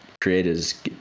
creators